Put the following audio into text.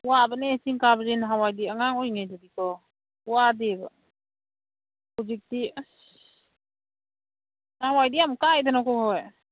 ꯋꯥꯕꯅꯦ ꯆꯤꯡ ꯀꯥꯕꯁꯦ ꯅꯍꯥꯟꯋꯥꯏꯗꯤ ꯑꯉꯥꯡ ꯑꯣꯏꯔꯤꯉꯥꯏꯗꯗꯤꯀꯣ ꯋꯥꯗꯦꯕ ꯍꯧꯖꯤꯛꯇꯤ ꯑꯁ ꯅꯍꯥꯟꯋꯥꯏꯗꯤ ꯌꯥꯝ ꯀꯥꯏꯗꯅꯀꯣ ꯑꯩꯈꯣꯏ